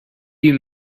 you